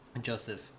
Joseph